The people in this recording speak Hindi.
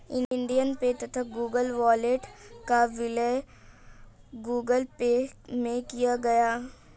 एंड्रॉयड पे तथा गूगल वॉलेट का विलय गूगल पे में किया गया